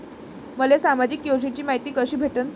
मले सामाजिक योजनेची मायती कशी भेटन?